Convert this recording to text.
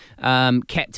kept